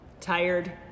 tired